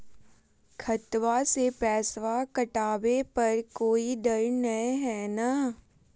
खतबा से पैसबा कटाबे पर कोइ डर नय हय ना?